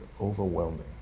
overwhelming